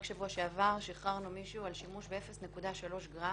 רק בשבוע שעבר שחררנו מישהו על שימוש ב-0.3 גרם,